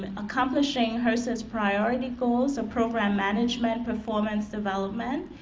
but accomplishing hrsa's priority goals of program management, performance development,